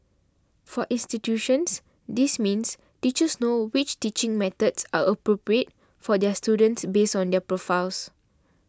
for institutions this means teachers know which teaching methods are appropriate for their students based on their profiles